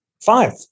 five